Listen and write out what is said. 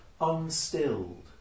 unstilled